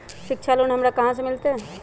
शिक्षा लोन हमरा कहाँ से मिलतै?